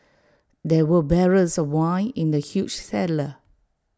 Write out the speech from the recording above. there were barrels of wine in the huge cellar